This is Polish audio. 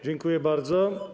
Dziękuję bardzo.